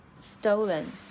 stolen